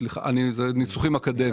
סליחה, זה ניסוחים אקדמיים.